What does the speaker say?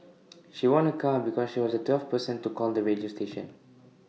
she won A car because she was the twelfth person to call the radio station